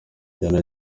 yahya